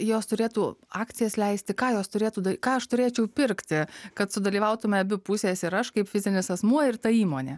jos turėtų akcijas leisti ką jos turėtų da ką aš turėčiau pirkti kad sudalyvautume abi pusės ir aš kaip fizinis asmuo ir ta įmonė